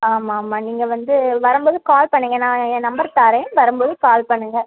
ஆமாம் ஆமாம் நீங்கள் வந்து வரம்போது கால் பண்ணுங்கள் நான் என் நம்பர் தரேன் வரம்போது கால் பண்ணுங்கள்